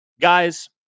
guys